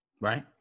Right